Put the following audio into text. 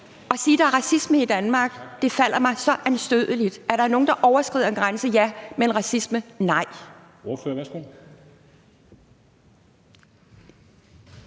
At sige, at der er racisme i Danmark, er så anstødeligt for mig. Er der nogle, der overskrider en grænse? Ja. Men racisme? Nej.